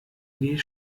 die